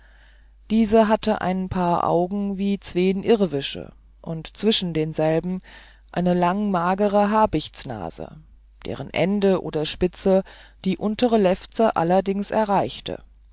diese hatte ein paar augen wie zween irrwische und zwischen denselben eine lang magere habichsnase deren ende oder spitze die untere lefzen allerdings erreichte